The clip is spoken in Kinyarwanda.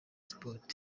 sport